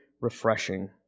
refreshing